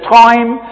time